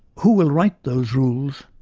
who will write those rules,